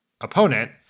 opponent